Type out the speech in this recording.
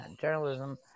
journalism